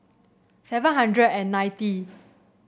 seven hundred and ninety